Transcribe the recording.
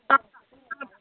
ꯑꯥ ꯑꯥ